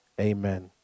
amen